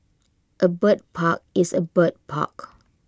A bird park is A bird park